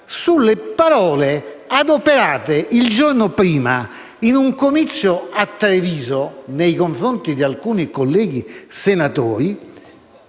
sulle parole adoperate il giorno prima, in un comizio a Treviso, nei confronti di alcuni colleghi senatori,